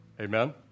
Amen